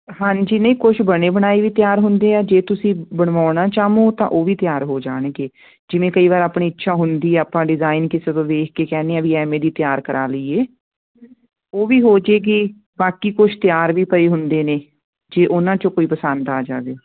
ਹਾਂਜੀ ਨਹੀਂ ਕੁਛ ਬਣੇ ਬਣਾਏ ਵੀ ਤਿਆਰ ਹੁੰਦੇ ਐ ਜੇ ਤੁਸੀਂ ਬਣਵਾਉਣਾ ਚਾਮੋ ਤਾਂ ਉਹ ਵੀ ਤਿਆਰ ਹੋ ਜਾਣਗੇ ਜਿਵੇਂ ਕਈ ਵਾਰ ਆਪਣੀ ਇੱਛਾ ਹੁੰਦੀ ਐ ਆਪਾਂ ਡਿਜ਼ਾਇਨ ਕਿਸੇ ਤੋਂ ਵੇਖਕੇ ਕਹਿਨੇ ਆ ਵੀ ਐਵੇਂ ਦੀ ਤਿਆਰ ਕਰਾ ਲਈਏ ਉਹ ਵੀ ਹੋਜੇਗੀ ਬਾਕੀ ਕੁਛ ਤਿਆਰ ਵੀ ਪਏ ਹੁੰਦੇ ਨੇ ਜੇ ਉਹਨਾਂ ਚੋਂ ਕੋਈ ਪਸੰਦ ਆ ਜਾਵੇ